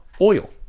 oil